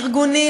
ארגונים,